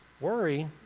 Worry